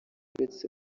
uretse